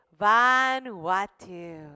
Vanuatu